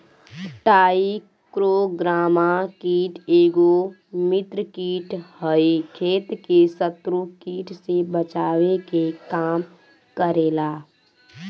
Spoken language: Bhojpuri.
टाईक्रोग्रामा कीट एगो मित्र कीट ह इ खेत के शत्रु कीट से बचावे के काम करेला